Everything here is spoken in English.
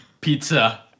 Pizza